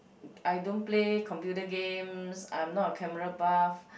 I don't play computer games I'm not a camera buff